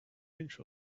inch